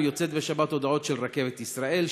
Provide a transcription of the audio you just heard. גם יוצאות בשבת הודעות של "רכבת ישראל",